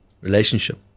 relationship